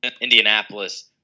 Indianapolis